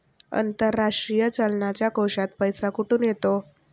आंतरराष्ट्रीय चलनाच्या कोशात पैसा कुठून येतो?